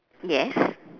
yes